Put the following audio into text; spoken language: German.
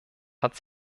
hat